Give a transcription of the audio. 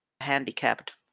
handicapped